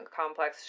complex